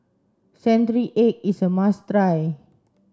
century egg is a must try